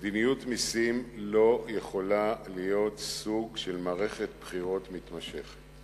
מדיניות מסים לא יכולה להיות סוג של מערכת בחירות מתמשכת.